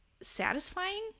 satisfying